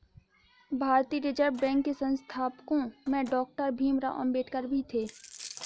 भारतीय Reserve Bank के संस्थापकों में डॉक्टर भीमराव अंबेडकर भी थे